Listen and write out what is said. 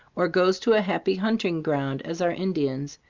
or goes to a happy hunting ground as our indians,